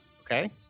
Okay